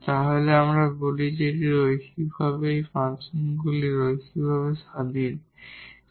তাহলে আমরা বলি যে এটি লিনিয়ারভাবে এই ফাংশনগুলি লিনিয়ারভাবে ইন্ডিপেন্ডেট